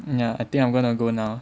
ya I think I'm gonna go now